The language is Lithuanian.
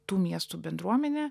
tų miestų bendruomenė